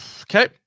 okay